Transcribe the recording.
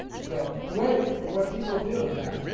so the way what people do then,